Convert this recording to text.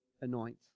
anoint